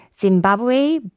Zimbabwe